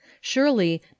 Surely